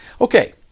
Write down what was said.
Okay